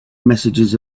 messages